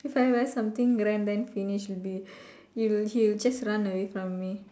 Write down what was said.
if I wear something grand then finish will be he will he will just run away from me